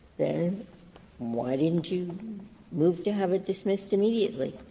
then why didn't you move to have it dismissed immediately?